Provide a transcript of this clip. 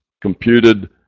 computed